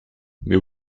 mais